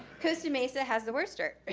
costa mesa has the worst dirt. and